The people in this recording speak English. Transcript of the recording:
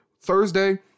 thursday